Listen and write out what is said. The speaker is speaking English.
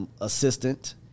assistant